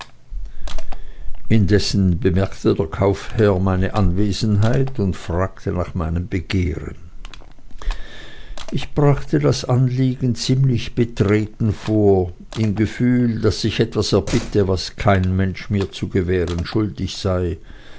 indessen bemerkte der kaufherr meine anwesenheit und fragte nach meinem begehren ich brachte das anliegen ziemlich betreten vor im gefühl daß ich etwas erbitte was kein mensch mir zu gewähren schuldig sei